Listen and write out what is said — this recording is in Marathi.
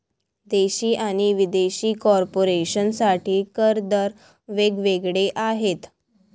देशी आणि विदेशी कॉर्पोरेशन साठी कर दर वेग वेगळे आहेत